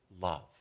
love